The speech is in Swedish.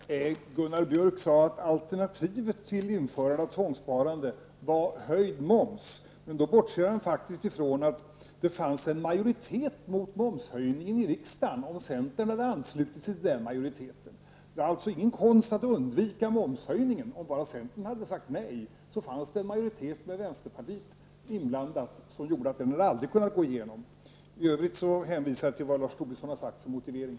Fru talman! Gunnar Björk sade att alternativet till införande av tvångssparande var en höjning av momsen. Men då bortser han faktiskt från att det i riksdagen skulle ha funnits en majoritet mot en momshöjning om centern hade anslutit sig till de övriga motståndarna. Det var alltså ingen konst att undvika momshöjningen; om bara centern hade sagt nej hade det funnits en majoritet med vänsterpartiet inblandat, och förslaget om en momshöjning hade därför aldrig kunnat gå igenom. I övrigt hänvisar jag till vad Lars Tobisson har sagt som motivering.